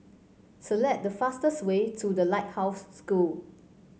select the fastest way to The Lighthouse School